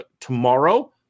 tomorrow